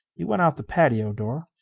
he went out the patio door.